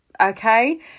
okay